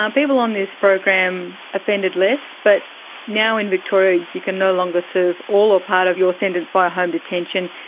um people on this program offended less, but now in victoria you can no longer serve all or part of your sentence via home detention.